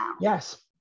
yes